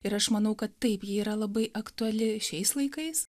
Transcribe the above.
ir aš manau kad taip ji yra labai aktuali šiais laikais